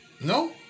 No